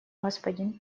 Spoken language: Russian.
господин